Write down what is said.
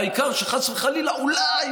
העיקר שחס וחלילה אולי,